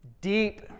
Deep